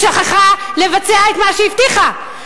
והיא שכחה לבצע את מה שהבטיחה.